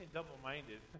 double-minded